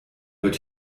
wird